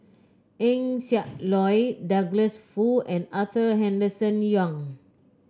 Eng Siak Loy Douglas Foo and Arthur Henderson Young